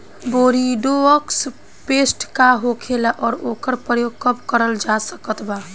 Bordeaux paste का होखेला और ओकर प्रयोग कब करल जा सकत बा?